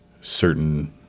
certain